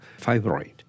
fibroid